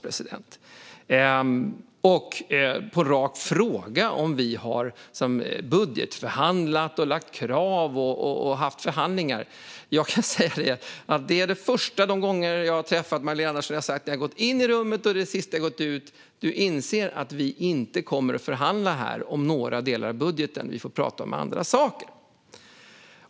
På en rak fråga om huruvida vi har budgetförhandlat och ställt krav i förhandlingar kan jag svara att det första jag har sagt när jag har gått in i rummet de gånger jag har träffat Magdalena Andersson och det sista jag har sagt när jag har gått ut är detta: Du inser att vi inte kommer att förhandla om några delar av budgeten, utan vi får prata om andra saker.